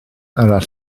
arall